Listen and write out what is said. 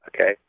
okay